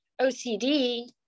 OCD